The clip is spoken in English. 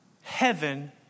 heaven